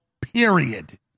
period